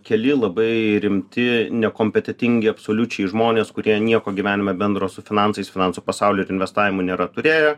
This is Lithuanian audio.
keli labai rimti nekompetentingi absoliučiai žmonės kurie nieko gyvenime bendro su finansais finansų pasaulyje ir investavimu nėra turėję